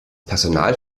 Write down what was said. personal